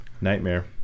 nightmare